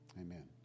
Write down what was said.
Amen